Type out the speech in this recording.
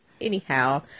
Anyhow